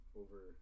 over